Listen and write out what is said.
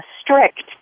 strict